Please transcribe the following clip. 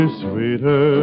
sweeter